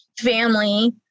family